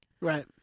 Right